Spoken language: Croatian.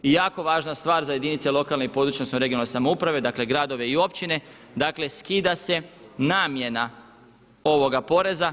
I jako važna stvar za jedinice lokalne, područne (regionalne) samouprave, dakle gradove i općine, dakle skida se namjena ovoga poreza.